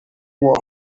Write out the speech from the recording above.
war